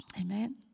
Amen